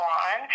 on